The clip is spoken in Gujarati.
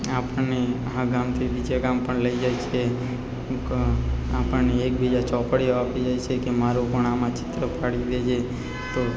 આપણને આ ગામથી બીજા ગામ પણ લઈ જાય છે અમુક આપણને એક બીજા ચોપડીઓ આપી જાય છે કે મારો પણ આમાં ચિત્ર પાડી દેજે તો